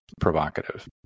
provocative